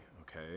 okay